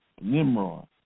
Nimrod